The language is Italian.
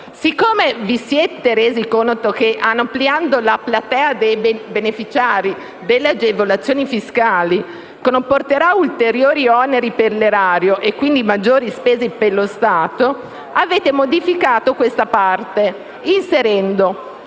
Siccome vi siete resi conto che l'ampliamento della platea dei beneficiari delle agevolazioni fiscali comporterà ulteriori oneri per l'erario e quindi maggiori spese per lo Stato, avete modificato questa parte inserendo